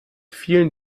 vielen